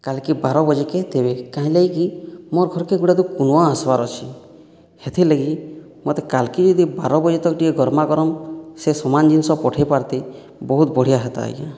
କାଲ୍କି ବାର ବଜେକେ ଦେବେ କାହିଁର୍ ଲାଗି କି ମୋର୍ ଘର୍କେ ଗୁଡ଼େକୁ କୁଣୁଆ ଆସିବାର୍ ଅଛେ ହେଥିଲାଗି ମତେ କାଲ୍କେ ଯଦି ବାର ବଜେ ତକ୍ ଟିକେ ଗର୍ମା ଗରମ ସେ ସମାନ ଜିନିଷ ପଠେଇ ପାର୍ତେ ବହୁତ ବଢ଼ିଆ ହେତା ଆଜ୍ଞା